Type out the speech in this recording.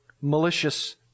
malicious